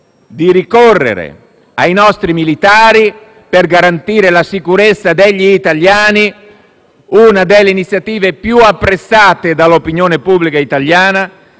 di ricorrere ai nostri militari per garantire la sicurezza degli italiani, una delle iniziative più apprezzate dall'opinione pubblica italiana,